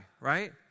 right